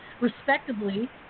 respectively